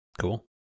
Cool